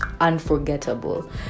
unforgettable